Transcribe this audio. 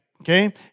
Okay